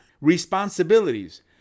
responsibilities